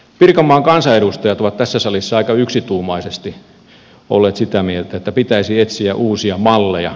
pirkanmaan kansanedustajat ovat tässä salissa aika yksituumaisesti olleet sitä mieltä että pitäisi etsiä uusia malleja